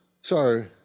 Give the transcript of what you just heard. Sorry